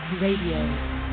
Radio